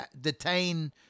detain